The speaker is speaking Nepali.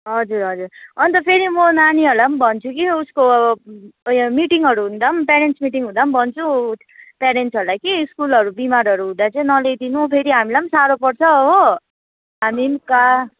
हजुर हजुर अन्त फेरि म नानीहरूलाई पनि भन्छु कि उसको उयो मिटिङहरू हुँदा पनि प्यारेन्ट्स मिटिङहरू हुँदा पनि भन्छु प्यारेन्टसहरूलाई कि स्कुलहरू बिमारहरू हुँदा चाहिँ नल्याइदिनु फेरि हामीलाई पनि साह्रो पर्छ हो हामी पनि कहाँ